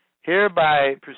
Hereby